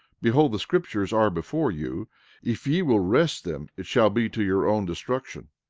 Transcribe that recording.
behold, the scriptures are before you if ye will wrest them it shall be to your own destruction.